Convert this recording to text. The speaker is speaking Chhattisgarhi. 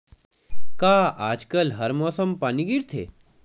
का आज कल हर मौसम पानी गिरथे?